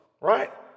right